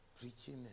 preaching